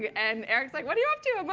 and eric's like, what are you up to? but